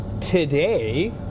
today